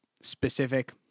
specific